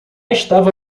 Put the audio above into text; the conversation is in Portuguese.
estava